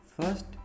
first